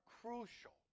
crucial